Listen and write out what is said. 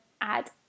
add